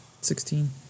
Sixteen